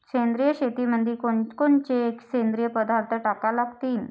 सेंद्रिय शेतीमंदी कोनकोनचे सेंद्रिय पदार्थ टाका लागतीन?